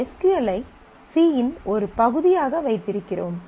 S Q L ஐ C இன் ஒரு பகுதியாக வைத்திருக்கிறோம்